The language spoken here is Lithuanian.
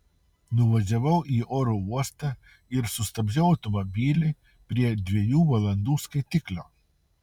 nuvažiavau į oro uostą ir sustabdžiau automobilį prie dviejų valandų skaitiklio